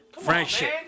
Friendship